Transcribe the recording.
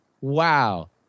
wow